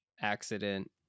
accident